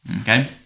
Okay